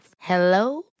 Hello